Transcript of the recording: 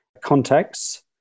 contexts